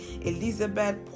Elizabeth